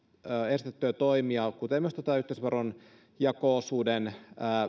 esitettyjä toimia kuten myös tätä yhteisöveron jako osuuden